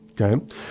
Okay